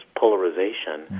Polarization